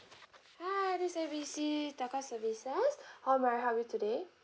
hi this is A B C telco service how may I help you today